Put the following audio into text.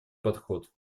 подход